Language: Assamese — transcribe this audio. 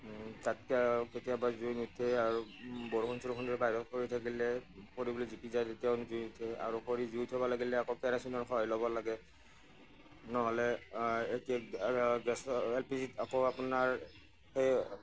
তাতকৈ কেতিয়াবা জুই নুঠেই আৰু বৰষুণ চৰষুণ বাহিৰত পৰি থাকিলে খৰিবোৰ জিকি যায় তেতিয়া জুই নুঠে আৰু খৰিৰ জুই উঠাব লাগিলে আকৌ কেৰাচিনৰ সহায় ল'ব লাগে ন'হলে এল পি জিত আকৌ আপোনাৰ সেই